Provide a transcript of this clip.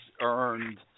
earned